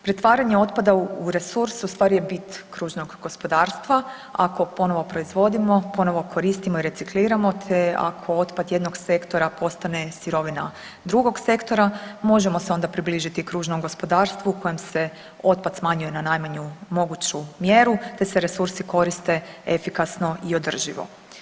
Pretvaranje otpada u resurs ustvari je bit kružnog gospodarstva, ako ponovo proizvodimo ponovo koristimo i recikliramo te ako otpad jednog sektora postane sirovina drugog sektora, možemo se onda približiti kružnom gospodarstvu u kojem se otpad smanjuje na najmanju moguću mjeru te se resursi koriste efikasno i održivo.